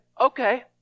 okay